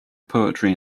poetry